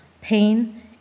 pain